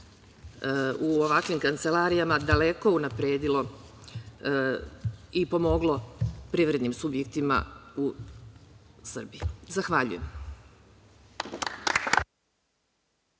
u ovakvim kancelarijama daleko unapredilo i pomoglo privrednim subjektima u Srbiji. Zahvaljujem.